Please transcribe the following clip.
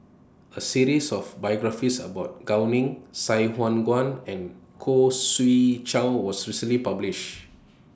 A series of biographies about Gao Ning Sai Hua Kuan and Khoo Swee Chiow was recently published